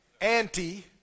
Anti